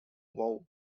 wow